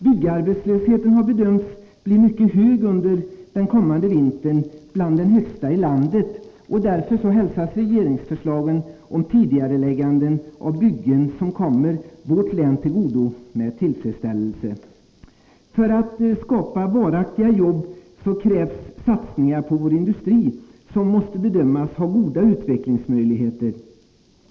Byggarbetslösheten har bedömts bli mycket hög under den kommande vintern, bland den högsta i landet. Därför hälsas regeringsförslagen om tidigareläggande av byggen som kommer vårt län till godo med tillfredsställelse. För att skapa varaktiga jobb krävs satsningar på vår industri, som måste bedömas ha goda utvecklingsmöjligheter.